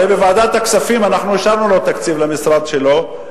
הרי בוועדת הכספים אנחנו אישרנו לו תקציב למשרד שלו,